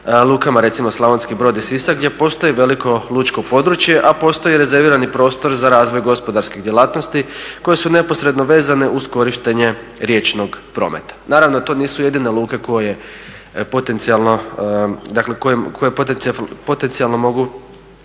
lukama recimo Slavonski Brod i Sisak gdje postoji veliko lučko područje, a postoji rezervirani prostor za razvoj gospodarskih djelatnosti koje su neposredno vezane uz korištenje riječnog prometa. Naravno to nisu jedine luke koje potencijalno mogu